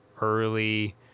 early